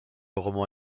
roman